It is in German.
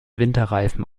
winterreifen